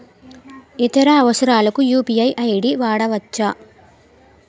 ఇతర అవసరాలకు UPI ID వాడవచ్చా?